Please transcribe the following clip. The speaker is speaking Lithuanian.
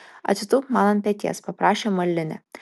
atsitūpk man ant peties paprašė marlinė